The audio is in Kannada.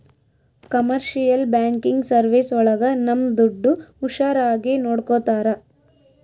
ಕಮರ್ಶಿಯಲ್ ಬ್ಯಾಂಕಿಂಗ್ ಸರ್ವೀಸ್ ಒಳಗ ನಮ್ ದುಡ್ಡು ಹುಷಾರಾಗಿ ನೋಡ್ಕೋತರ